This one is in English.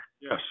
yes